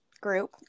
group